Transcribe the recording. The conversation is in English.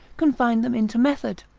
confine them into method?